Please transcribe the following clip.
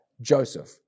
Joseph